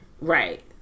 Right